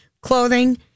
clothing